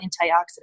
antioxidants